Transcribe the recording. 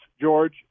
George